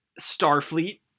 Starfleet